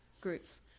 groups